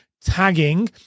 tagging